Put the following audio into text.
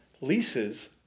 leases